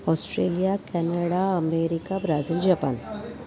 Australia Canada America Brazil Japan